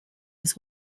his